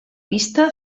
pista